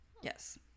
Yes